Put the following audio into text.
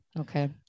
Okay